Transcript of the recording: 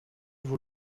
vous